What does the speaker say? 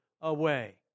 away